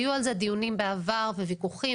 היו על זה דיונים בעבר וויכוחים,